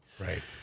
Right